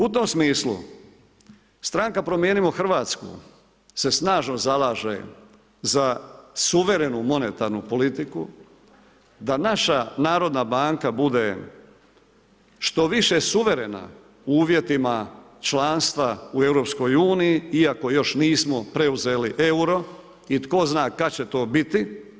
U tom smislu stranka Promijenimo Hrvatsku se snažno zalaže za suverenu monetarnu politiku, da naša Narodna banka bude što više suverena u uvjetima članstva u EU iako još nismo preuzeli euro i tko zna kad će to biti.